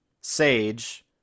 sage